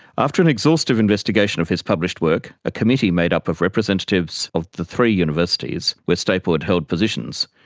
after an exhaustive investigation of his published work, a committee made up of representatives of the three universities, where stapel had held positions,